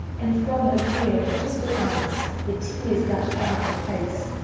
and from her cleare and crystall eyes the teares gusht out apace,